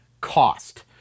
cost